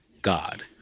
God